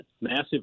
massive